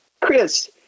Chris